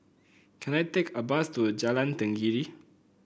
can I take a bus to Jalan Tenggiri